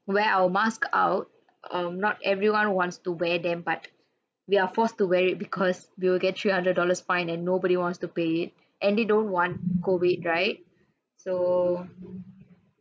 wear our mask out um not everyone wants to wear them but we are forced to wear it because we will get three hundred dollars fine and nobody wants to pay it and they don't want COVID right so